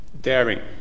daring